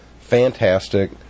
fantastic